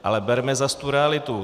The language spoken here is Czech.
Ale berme zas tu realitu.